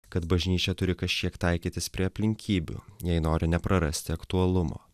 kad bažnyčia turi kašiek taikytis prie aplinkybių jei nori neprarasti aktualumo